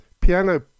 piano